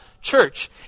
church